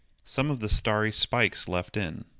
some of the starry spikes left in.